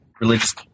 religious